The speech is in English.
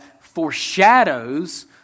foreshadows